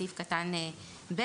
בסעיף (ב),